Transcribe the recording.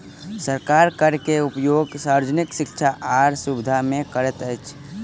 सरकार कर के उपयोग सार्वजनिक शिक्षा आर सुविधा में करैत अछि